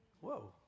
Whoa